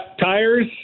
tires